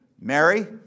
Mary